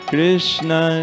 Krishna